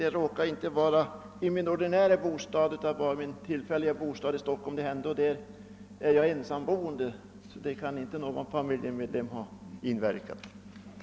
Den gällde inte min ordinarie bostad utan min tillfälliga bostad i Stockholm, Där är jag ensamboende så att där kan inte någon familjemedlem ha medverkat.